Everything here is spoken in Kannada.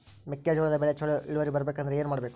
ಮೆಕ್ಕೆಜೋಳದ ಬೆಳೆ ಚೊಲೊ ಇಳುವರಿ ಬರಬೇಕಂದ್ರೆ ಏನು ಮಾಡಬೇಕು?